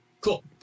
Cool